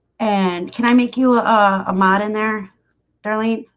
and can i make you a ah ah mod in there barely?